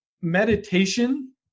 meditation